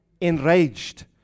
enraged